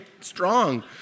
strong